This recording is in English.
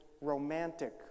romantic